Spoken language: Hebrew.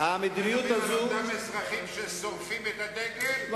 אלה אותם אזרחים ששורפים את הדגל ומניפים את